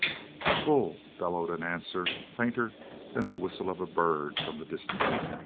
a bull bellowed an answer fainter than the whistle of a bird from the distance,